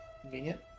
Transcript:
Convenient